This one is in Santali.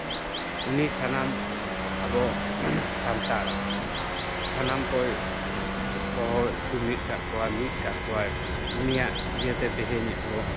ᱩᱱᱤ ᱥᱟᱱᱟᱢ ᱟᱵᱚ ᱟᱵᱚ ᱥᱟᱱᱛᱟᱲ ᱥᱟᱱᱟᱢ ᱠᱚᱭ ᱦᱚᱦᱚ ᱡᱩᱢᱤᱫ ᱠᱟᱜ ᱠᱚᱣᱟ ᱢᱤᱫ ᱠᱟᱜ ᱠᱚᱣᱟᱭ ᱩᱱᱤᱭᱟᱜ ᱤᱭᱟᱹᱛᱮ ᱛᱤᱦᱤᱧ ᱟᱵᱚ